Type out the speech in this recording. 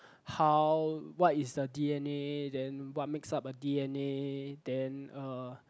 how what is the d_n_a then what makes up a d_n_a then uh